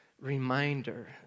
reminder